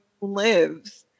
lives